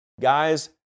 guys